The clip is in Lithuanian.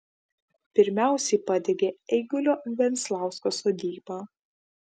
pirmiausiai padegė eigulio venslausko sodybą